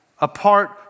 apart